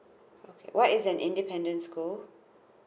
okay what is an independent school